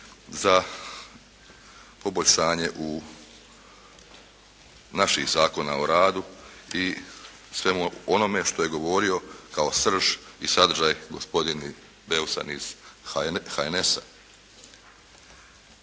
za poboljšanje u, naših zakona o radu i svemu onome što je govorio kao srž i sadržaj gospodin Beus iz HNS-a.